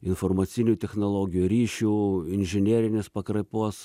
informacinių technologijų ryšių inžinerinės pakraipos